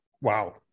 wow